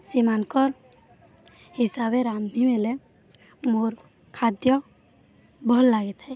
ସେମାନଙ୍କର ହିସାବରେ ରାନ୍ଧିନେଲେ ମୋର ଖାଦ୍ୟ ଭଲ୍ ଲାଗିଥାଏ